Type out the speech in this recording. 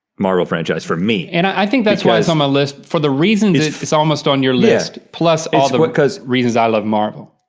marvel franchise for me. and i think that's why it's on my list for the reason it's almost on your list. plus all the but reasons i love marvel.